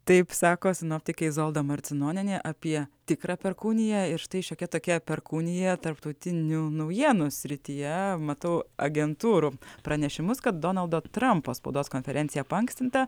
taip sako sinoptikė izolda marcinonienė apie tikrą perkūniją ir štai šiokia tokia perkūnija tarptautinių naujienų srityje matau agentūrų pranešimus kad donaldo trampo spaudos konferenciją paankstinta